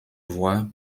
voix